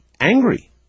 angry